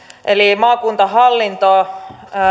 eli maakuntahallinto